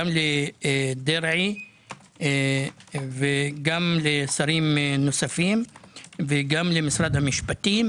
גם לדרעי וגם לשרים נוספים וגם למשרד המשפטים